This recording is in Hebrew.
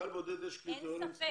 לחייל בודד יש קריטריונים ספציפיים.